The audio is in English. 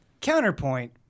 Counterpoint